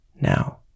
now